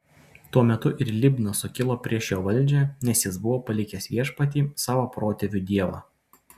tuo metu ir libna sukilo prieš jo valdžią nes jis buvo palikęs viešpatį savo protėvių dievą